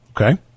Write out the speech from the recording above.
Okay